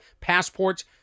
passports